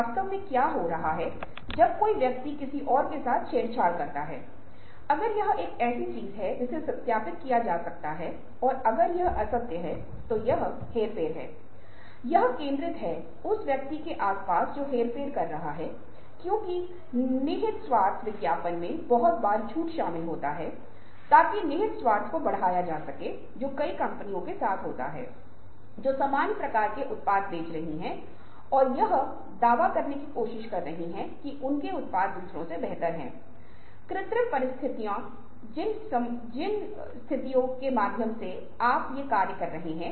भावनात्मक रूप से परिपक्व व्यक्ति शांत रचित लचीला और एक ही समय में वह संकटों का सामना करने के लिए लगातार कुछ करेगा और एक निश्चित समय मे वह महसूस करेगा भले ही वह असंतुष्ट था वह जीवन को जारी रखेगा वह संतोष की भावना के साथ और कभी नहीं रुकेगा वह चीजों को स्थापित करने के लिए संघर्ष करेगा